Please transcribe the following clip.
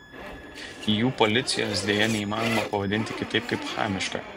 jų policijos deja neįmanoma pavadinti kitaip kaip chamiška